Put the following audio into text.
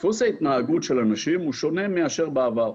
דפוס ההתנהגות של הנשים הוא שונה מאשר בעבר.